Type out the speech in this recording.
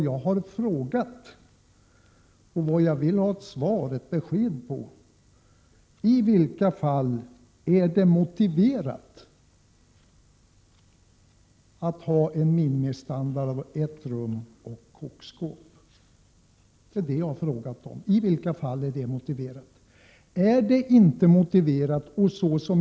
Jag har däremot velat ha besked om i vilka fall som det är motiverat att ha en minimistandard om ett rum och kokskåp. Jag har alltså frågat i vilka fall som det är motiverat att ha denna låga standard.